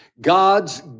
God's